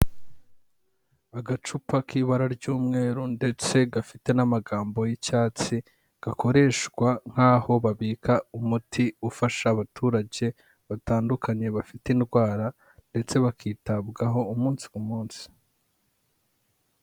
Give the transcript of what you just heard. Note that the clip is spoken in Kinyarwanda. Agacupa k'ibara ry'umweru ndetse gafite n'amagambo y'icyatsi gakoreshwa nk'aho babika umuti ufasha abaturage batandukanye bafite indwara ndetse bakitabwaho umunsi ku munsi.